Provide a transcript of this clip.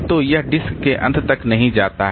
तो यह डिस्क के अंत तक नहीं जाता है